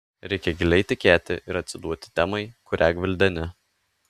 reikia giliai tikėti ir atsiduoti temai kurią gvildeni